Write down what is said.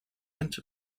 and